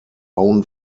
own